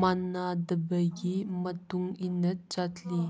ꯃꯥꯟꯅꯗꯕꯒꯤ ꯃꯇꯨꯡꯏꯟꯅ ꯆꯠꯂꯤ